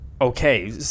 okay